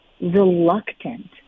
reluctant